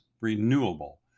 renewable